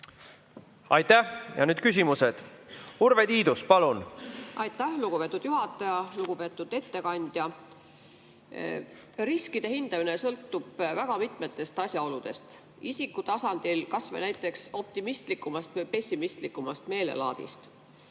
Aitäh! Ja nüüd küsimused. Urve Tiidus, palun! Aitäh, lugupeetud juhataja! Lugupeetud ettekandja! Riskide hindamine sõltub väga mitmetest asjaoludest, isiku tasandil kas või näiteks optimistlikumast või pessimistlikumast meelelaadist.